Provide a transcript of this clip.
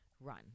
Run